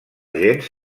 gens